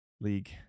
League